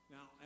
Now